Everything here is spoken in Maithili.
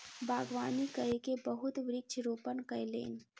बागवानी कय के बहुत वृक्ष रोपण कयलैन